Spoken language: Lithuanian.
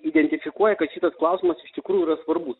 identifikuoja kad šitas klausimas iš tikrųjų yra svarbus